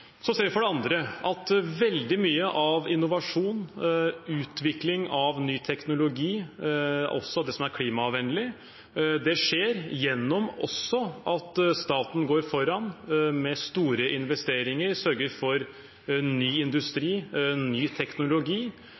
ser for det andre at veldig mye innovasjon og utvikling av ny teknologi – også det som er klimavennlig – skjer ved at staten går foran med store investeringer og sørger for ny industri, ny teknologi.